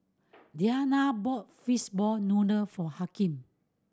Dianna bought fishball noodle for Hakim